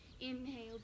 inhale